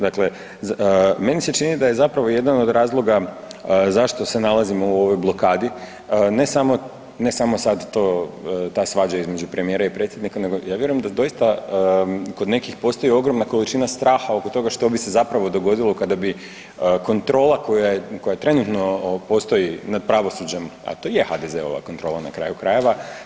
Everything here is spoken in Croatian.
Dakle, meni se čini da je zapravo jedan od razloga zašto se nalazimo u ovoj blokadi ne samo sad ta svađa između premijera i predsjednika, nego ja vjerujem da doista kod nekih postoji ogromna količina straha što bi se zapravo dogodilo kada bi kontrola koja trenutno postoji nad pravosuđem, a to je HDZ-ova kontrola na kraju krajeva.